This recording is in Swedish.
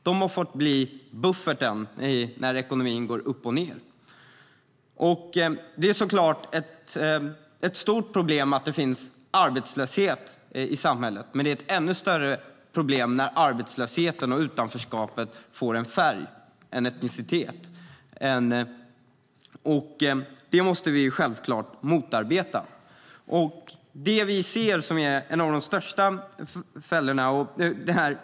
De har fått bli bufferten när ekonomin går upp och ned. Det är såklart ett stort problem att det finns arbetslöshet i samhället. Men det är ett ännu större problem när arbetslösheten och utanförskapet får en färg och en etnicitet. Det måste vi självfallet motarbeta.